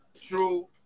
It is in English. true